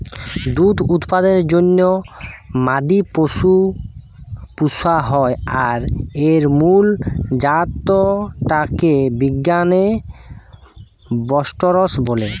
দুধ উৎপাদনের জন্যে মাদি পশু পুশা হয় আর এর মুল জাত টা কে বিজ্ঞানে বস্টরস বলে